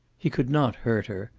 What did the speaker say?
he could not hurt her.